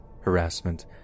harassment